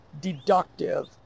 deductive